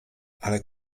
ale